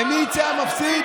ומי יצא המפסיד?